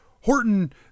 Horton